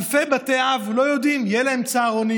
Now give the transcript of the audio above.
אלפי בתי אב לא יודעים אם יהיו להם צהרונים.